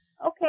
Okay